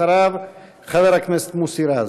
אחריו, חבר הכנסת מוסי רז.